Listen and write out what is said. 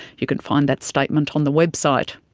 you can find that statement on the website.